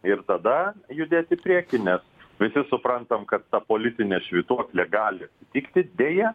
ir tada judėt į priekį nes visi suprantamekad ta politinė švytuoklė gali tikti deja